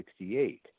1968